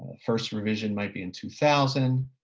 first revision might be in two thousand,